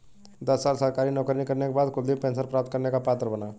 दस साल सरकारी नौकरी करने के बाद कुलदीप पेंशन प्राप्त करने का पात्र बना